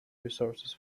resources